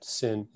sin